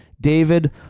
David